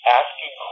asking